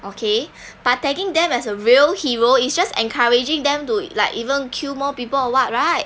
okay but tagging them as a real hero is just encouraging them to like even kill more people or [what] right